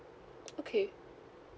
okay